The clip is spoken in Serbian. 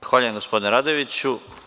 Zahvaljujem, gospodine Radojeviću.